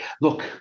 look